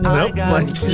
nope